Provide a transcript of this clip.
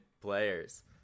players